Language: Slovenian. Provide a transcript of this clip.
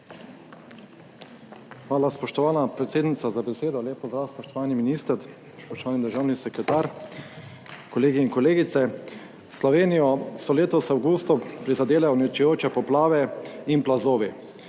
Hvala, spoštovana predsednica za besedo. Lep pozdrav spoštovani minister, spoštovani državni sekretar, kolegi in kolegice! Slovenijo so letos v avgustu prizadele uničujoče poplave in plazovi.